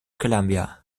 columbia